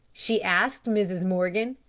she asked mrs. morgan.